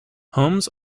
homes